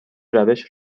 روش